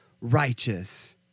righteous